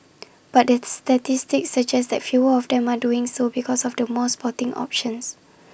but it's the statistics suggest that fewer of them are doing so because of the more sporting options